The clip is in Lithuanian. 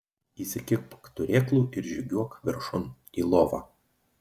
įsikibk turėklų ir žygiuok viršun į lovą